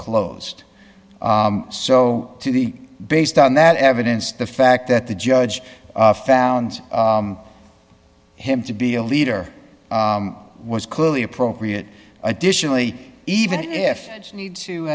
closed so to the based on that evidence the fact that the judge found him to be a leader was clearly appropriate additionally even if you need to